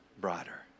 brighter